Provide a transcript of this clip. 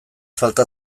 falta